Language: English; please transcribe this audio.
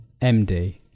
MD